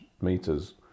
meters